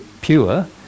pure